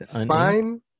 Spine